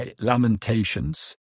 Lamentations